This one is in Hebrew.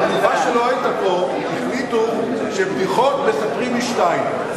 בתקופה שלא היית פה החליטו שבדיחות מספרים מ-14:00,